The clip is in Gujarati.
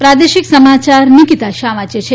પ્રાદેશિક સમાયાર નિકીતા શાહ વાંચે છે